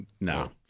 No